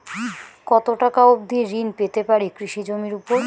কত টাকা অবধি ঋণ পেতে পারি কৃষি জমির উপর?